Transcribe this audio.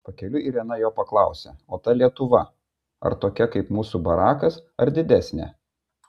pakeliui irena jo paklausė o ta lietuva ar tokia kaip mūsų barakas ar didesnė